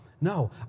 No